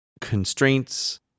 constraints